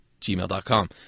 gmail.com